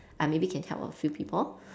I maybe can help a few people